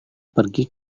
pergi